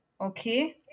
okay